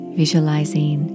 visualizing